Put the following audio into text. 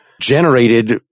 generated